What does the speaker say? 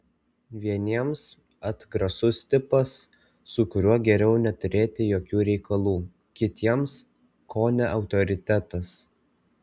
vieniems atgrasus tipas su kuriuo geriau neturėti jokių reikalų kitiems kone autoritetas